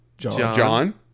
John